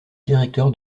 directeur